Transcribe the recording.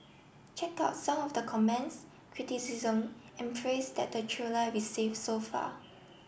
check out some of the comments criticism and praise that the trailer receive so far